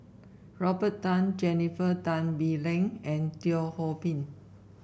Robert Tan Jennifer Tan Bee Leng and Teo Ho Pin